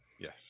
Yes